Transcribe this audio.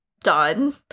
done